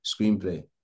screenplay